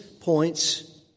points